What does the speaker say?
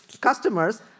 customers